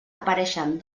apareixen